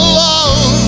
love